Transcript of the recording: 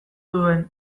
duen